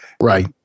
right